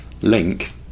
link